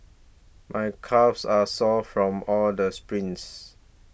my calves are sore from all the sprints